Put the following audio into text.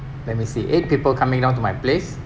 let me see eight people coming down to my place